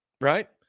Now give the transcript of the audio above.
right